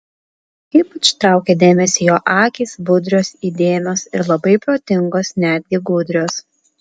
ypač traukė dėmesį jo akys budrios įdėmios ir labai protingos netgi gudrios